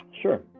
Sure